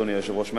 אדוני היושב-ראש.